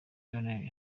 donadei